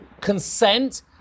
consent